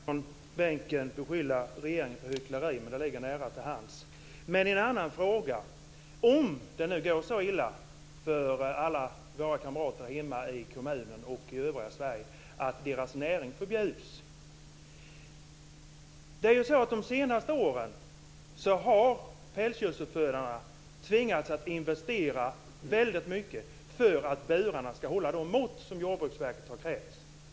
Fru talman! Jag vill inte från bänken beskylla regeringen för hyckleri, men det ligger nära till hands. Jag har en annan fråga, om det nu går så illa för alla våra kamrater hemma i kommunen och i övriga Sverige att deras näring förbjuds. De senaste åren har pälsdjursuppfödarna tvingats investera väldigt mycket för att burarna ska hålla de mått som Jordbruksverket har krävt.